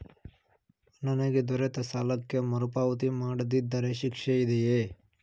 ನನಗೆ ದೊರೆತ ಸಾಲಕ್ಕೆ ಮರುಪಾವತಿ ಮಾಡದಿದ್ದರೆ ಶಿಕ್ಷೆ ಇದೆಯೇ?